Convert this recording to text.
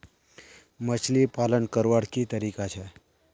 मछली पालन करवार की तरीका छे?